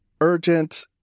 Urgent